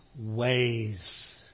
ways